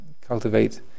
cultivate